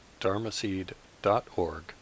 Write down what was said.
dharmaseed.org